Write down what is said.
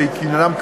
שעניינם,